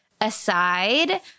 aside